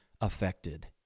affected